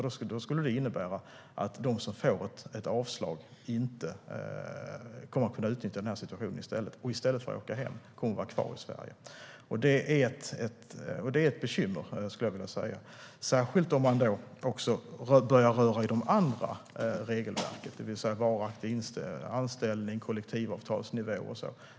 Det skulle innebära att de som får ett avslag kan utnyttja situationen och i stället för att åka hem kommer att vara kvar i Sverige. Det är ett bekymmer, särskilt om man börjar röra i de andra regelverken om varaktig anställning, kollektivavtalsnivå och så vidare.